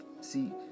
See